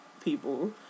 people